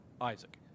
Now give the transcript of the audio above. Isaac